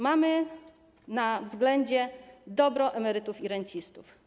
Mamy na względzie dobro emerytów i rencistów.